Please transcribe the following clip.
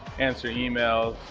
answer emails.